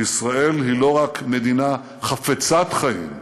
שישראל היא לא רק מדינה חפצת חיים,